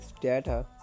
data